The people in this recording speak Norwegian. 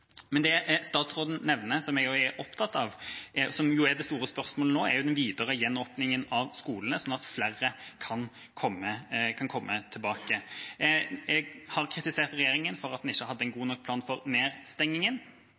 Men det statsråden nevner, som jeg også er opptatt av, og som jo er det store spørsmålet nå, er den videre gjenåpningen av skolene, slik at flere kan komme tilbake. Jeg har kritisert regjeringa for at den ikke hadde en god nok plan for